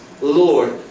Lord